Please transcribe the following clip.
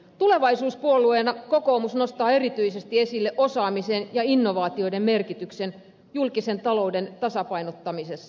tulevaisuuspuolueena kokoomus nostaa erityisesti esille osaamisen ja innovaatioiden merkityksen julkisen talouden tasapainottamisessa